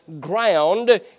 ground